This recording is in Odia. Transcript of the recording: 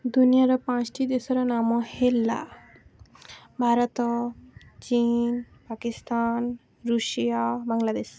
ଦୁନିଆର ପାଞ୍ଚୋଟି ଦେଶର ନାମ ହେଲା ଭାରତ ଚୀନ ପାକିସ୍ତାନ ୠଷିଆ ବାଂଲାଦେଶ